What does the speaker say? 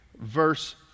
verse